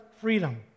freedom